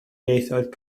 ieithoedd